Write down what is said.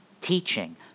teaching